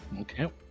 Okay